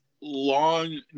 long